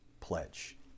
Pledge